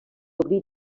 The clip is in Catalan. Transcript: obrir